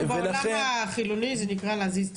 אצלנו בעולם החילוני זה נקרא להזיז את